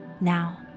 Now